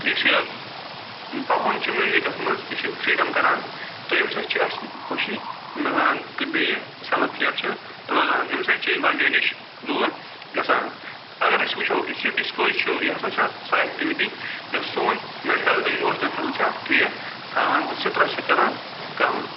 تہٕ یُس یہِ پَکُن چھُ میٛوٗزِکس منٛز یہِ چھِ فریٖڈم کَران تہٕ ییٚمہِ سۭتۍ چھِ اسہِ خوشی مہلان تہٕ بیٚیہِ سیٚلٕف کیر چھُ روزان اَمہِ سۭتۍ چھِ أسۍ باقیو نِش دوٗر گَژھان تہٕ اگر أسۍ وُچھو یُس یہِ ڈِسکو چھُ یہِ ہسا چھِ اکھ سۄ ایٚکٹِوِٹی یۄس سون میٚنٹل تہٕ اِموشنل ہیٚلٕتھ چھِ ٹھیٖک تھاوان تہٕ سِٹرس چھِ کَران کَم